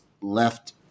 left